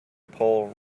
pole